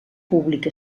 pública